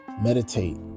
meditate